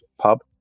pub